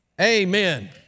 Amen